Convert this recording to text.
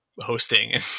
hosting